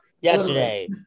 Yesterday